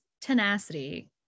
tenacity